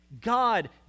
God